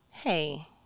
Hey